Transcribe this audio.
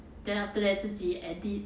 then after that 自己 edit